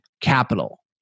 Capital